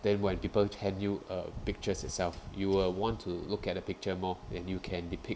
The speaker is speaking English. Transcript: then when people hand you a pictures itself you will want to look at the picture more and you can depict